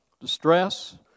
distress